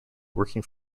working